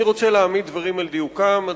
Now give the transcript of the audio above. אני רוצה להעמיד דברים על דיוקם,